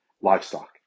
livestock